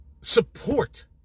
support